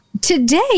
Today